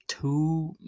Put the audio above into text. two